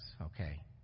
Okay